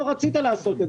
שינויי מבנה כי זה תאגיד.